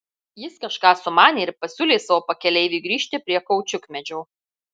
jis kažką sumanė ir pasiūlė savo pakeleiviui grįžti prie kaučiukmedžio